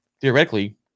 theoretically